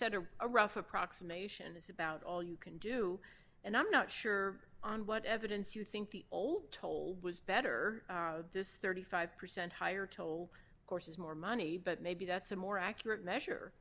set a rough approximation is about all you can do and i'm not sure on what evidence you think the old toll was better this thirty five percent higher toll courses more money but maybe that's a more accurate measure